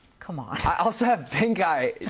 come on. i also have pinkeye.